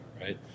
right